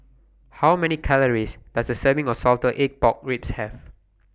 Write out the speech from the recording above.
How Many Calories Does A Serving of Salted Egg Pork Ribs Have